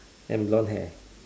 and blonde hair